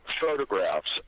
Photographs